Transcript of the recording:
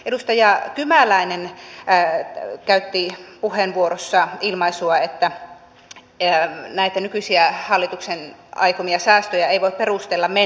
edustaja kymäläinen käytti puheenvuorossaan ilmaisua että näitä nykyisiä hallituksen aikomia säästöjä ei voi perustella menneillä leikkauksilla